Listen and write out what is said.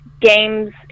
games